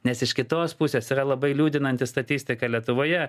nes iš kitos pusės yra labai liūdinanti statistika lietuvoje